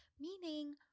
meaning